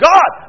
God